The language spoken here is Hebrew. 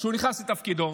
כשהוא נכנס לתפקידו,